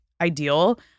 ideal